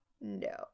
No